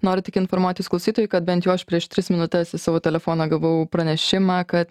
noriu tik informuot jus klausytojai kad bent jau aš prieš tris minutes į savo telefoną gavau pranešimą kad